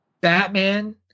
Batman